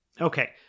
Okay